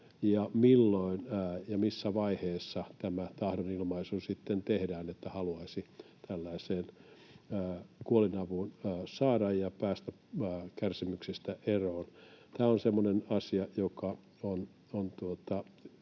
ja missä vaiheessa tämä tahdonilmaisu sitten tehdään, että haluaisi tällaisen kuolinavun saada ja päästä kärsimyksistä eroon. Tämä on semmoinen asia, joka on